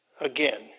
again